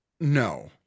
No